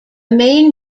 main